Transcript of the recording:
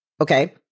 Okay